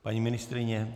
Paní ministryně?